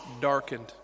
darkened